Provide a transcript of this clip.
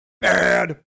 bad